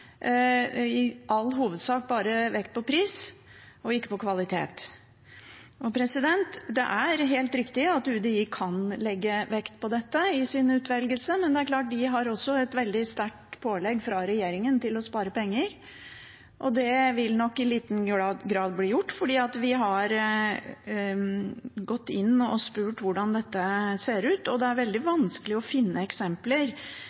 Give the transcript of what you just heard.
i all hovedsak bare vekt på pris og ikke på kvalitet. Det er helt riktig at UDI kan legge vekt på dette i sin utvelgelse, men det er klart de også har et veldig sterkt pålegg fra regjeringen om å spare penger, og det vil nok i liten grad bli gjort. Vi har gått inn og spurt hvordan dette ser ut, og det er veldig vanskelig å finne eksempler